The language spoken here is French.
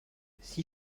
six